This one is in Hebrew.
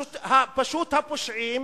פשוט, הפושעים